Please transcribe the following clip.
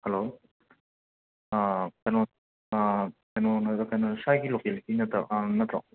hello ꯀꯩꯅꯣ ꯀꯩꯅꯣ ꯍꯥꯏꯕ ꯀꯩꯅꯣ ꯁ꯭ꯋꯥꯏꯒꯤ ꯂꯣꯀꯦꯜꯂꯤꯇꯤ ꯅꯠꯇ꯭ꯔꯣ